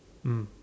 mm